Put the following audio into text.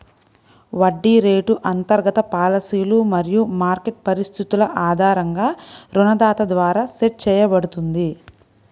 వడ్డీ రేటు అంతర్గత పాలసీలు మరియు మార్కెట్ పరిస్థితుల ఆధారంగా రుణదాత ద్వారా సెట్ చేయబడుతుంది